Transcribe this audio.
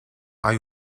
hay